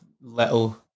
little